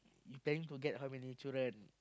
you planning to get how many children